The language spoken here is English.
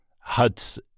huts